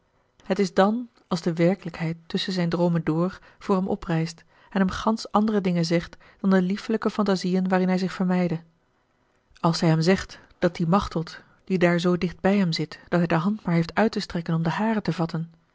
het is dan als de werkelijkheid tusschen zijne droomen door voor hem oprijst en hem gansch andere dingen zegt dan de liefelijke phantasiën waarin hij zich vermeide als zij hem zegt dat die machteld die daar zoo dicht bij hem zit dat hij de hand maar heeft uit te strekken om de hare te vatten